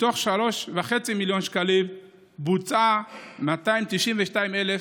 מתוך 3.5 מיליון שקלים בוצעו 292,000,